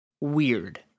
weird